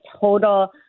total